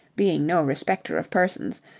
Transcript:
being no respecter of persons,